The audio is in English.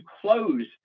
close